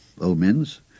omens